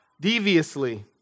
deviously